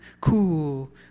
cool